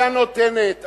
היא הנותנת.